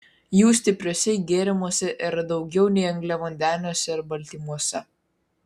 jų stipriuose gėrimuose yra daugiau nei angliavandeniuose ir baltymuose